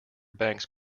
bank’s